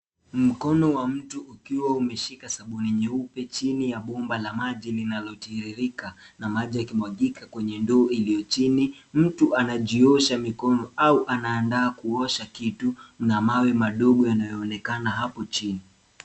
Mkono wa mtu ukiwa umeshika sabuni nyeupe chini ya bomba la maji linalotiririka na maji yakimwagika kwenye ndoo iliyo chini ,mtu anajiosha mikono au anaandaa kuosha kitu na mawe madogo yanayoonekana hapo chini.